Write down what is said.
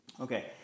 Okay